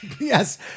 Yes